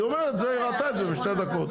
היא אומרת שהיא ראתה את זה בשתי דקות.